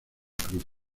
cruz